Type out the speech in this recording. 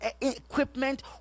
equipment